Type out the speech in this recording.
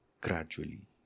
gradually